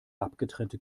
abgetrennte